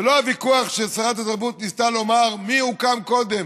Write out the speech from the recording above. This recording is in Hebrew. זה לא הוויכוח ששרת התרבות ניסתה לומר מי הוקם קודם,